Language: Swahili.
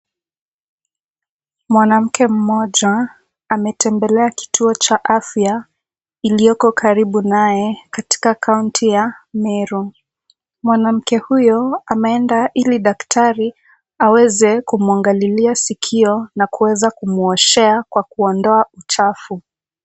Mwanamke mmoja ametembelea kituo cha afya iliyoko karibu naye katika county ya Meru. Mwanamke huyo ameenda ili daktari aweze kumwangalilia sikio na kuweza kumwoshea kwa kuondoa uchafu.